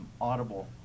Audible